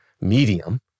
medium